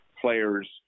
players